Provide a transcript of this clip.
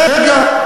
רגע,